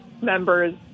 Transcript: members